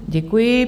Děkuji.